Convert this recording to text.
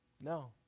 No